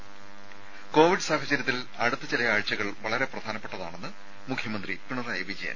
ത കോവിഡ് സാഹചര്യത്തിൽ അടുത്ത ചില ആഴ്ചകൾ വളരെ പ്രധാനപ്പെട്ടതാണെന്ന് മുഖ്യമന്ത്രി പിണറായി വിജയൻ